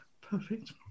Perfect